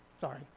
sorry